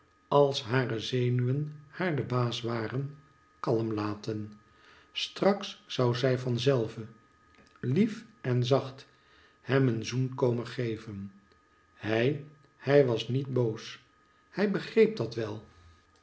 als hare zenuwen haar de baas waren kalm laten straks zou zij van zelve lief en zacht hem een zoen komen geven hij hij was niet boos hij begreep dat wel